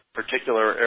particular